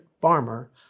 farmer